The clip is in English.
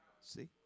see